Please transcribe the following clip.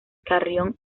carrión